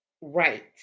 right